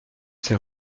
ces